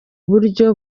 buryo